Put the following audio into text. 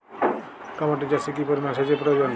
Tomato চাষে কি পরিমান সেচের প্রয়োজন?